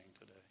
today